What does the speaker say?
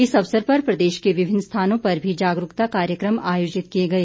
इस अवसर पर प्रदेश के विभिन्न स्थानों पर भी जागरूकता कार्यक्रम आयोजित किए गए